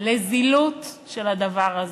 לזילות של הדבר הזה.